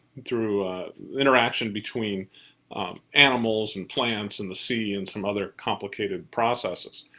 through interaction between animals and plants and the sea and some other complicated process.